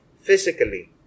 physically